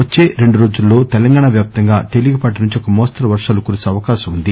వచ్చే రెండు రోజుల్లో తెలంగాణ వ్యాప్తంగా తేలికపాటు నుంచి ఒక మోస్తరు వర్షాలు కురిసే అవకాశం ఉంది